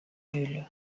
nuls